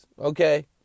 Okay